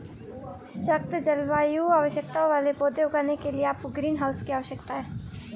सख्त जलवायु आवश्यकताओं वाले पौधे उगाने के लिए आपको ग्रीनहाउस की आवश्यकता है